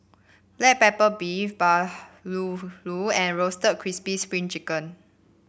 Black Pepper Beef Bahulu and Roasted Crispy Spring Chicken